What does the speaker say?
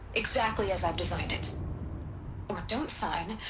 exactly as i've designed it or don't sign.